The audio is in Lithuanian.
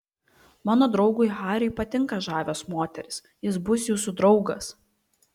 mano draugui hariui patinka žavios moterys jis bus jūsų draugas